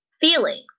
feelings